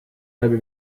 läbi